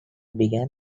began